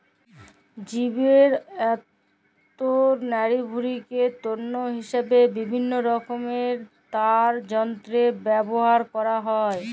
জীবের আঁত অ লাড়িভুঁড়িকে তল্তু হিসাবে বিভিল্ল্য রকমের তার যল্তরে ব্যাভার ক্যরা হ্যয়